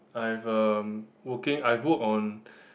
I have um working I've work on